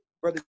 brother